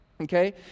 okay